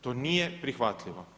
To nije prihvatljivo.